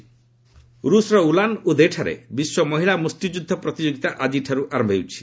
boxing ରୁଷ୍ର ଉଲାନ୍ ଉଦେଠାରେ ବିଶ୍ୱ ମହିଳା ମୁଷ୍ଟିଯୁଦ୍ଧ ପ୍ରତିଯୋଗିତା ଆକ୍ଟିଠାରୁ ଆରମ୍ଭ ହେଉଛି